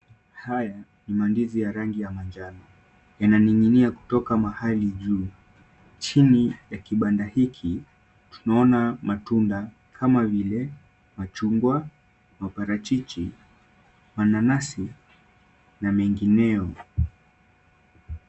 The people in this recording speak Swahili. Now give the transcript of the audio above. Haya ni mandizi ya rangi ya manjano, yananing'inia kutoka mahali juu. Chini ya kibanda hiki tunaona matunda kama vile machungwa, maparachichi, mananasi na mengineo.